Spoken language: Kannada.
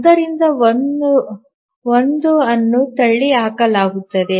ಆದ್ದರಿಂದ 1 ಅನ್ನು ತಳ್ಳಿಹಾಕಲಾಗುತ್ತದೆ